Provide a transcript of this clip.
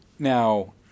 Now